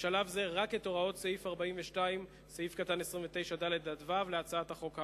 בשלב זה רק את הוראות סעיף 42(29)(ד) (ו) להצעת החוק האמורה.